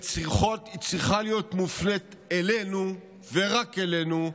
היא צריכה להיות מופנית אלינו ורק אלינו,